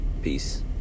Peace